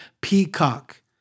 peacock